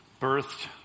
birthed